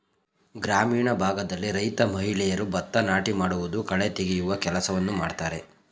ಗ್ರಾಮೀಣ ಭಾಗದಲ್ಲಿ ರೈತ ಮಹಿಳೆಯರು ಭತ್ತ ನಾಟಿ ಮಾಡುವುದು, ಕಳೆ ತೆಗೆಯುವ ಕೆಲಸವನ್ನು ಮಾಡ್ತರೆ